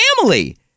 family